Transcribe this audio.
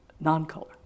non-color